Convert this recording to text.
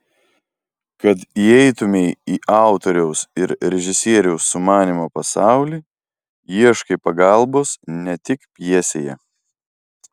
kad įeitumei į autoriaus ir režisieriaus sumanymo pasaulį ieškai pagalbos ne tik pjesėje